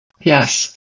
Yes